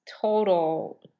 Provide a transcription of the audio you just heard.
total